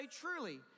truly